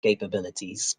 capabilities